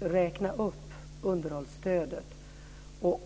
räkna upp underhållsstödet.